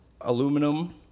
Aluminum